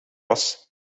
was